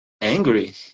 angry